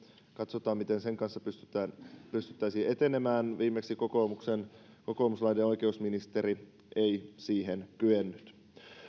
katsotaan miten sen kanssa pystyttäisiin etenemään viimeksi kokoomuslainen oikeusministeri ei siihen kyennyt